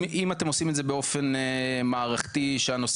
אם אתם עושים את זה באופן מערכתי שהנושא